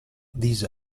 these